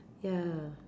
ya